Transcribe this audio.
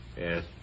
Yes